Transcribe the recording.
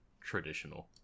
traditional